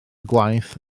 gwaith